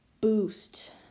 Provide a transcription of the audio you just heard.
boost